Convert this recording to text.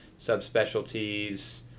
subspecialties